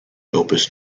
opus